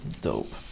dope